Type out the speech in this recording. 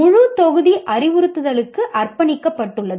முழு தொகுதி அறிவுறுத்தலுக்கு அர்ப்பணிக்கப்பட்டுள்ளது